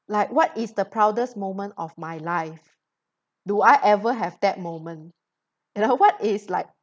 like what is the proudest moment of my life do I ever have that moment you know what is like